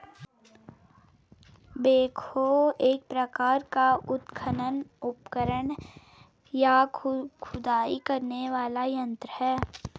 backhoe एक प्रकार का उत्खनन उपकरण, या खुदाई करने वाला यंत्र है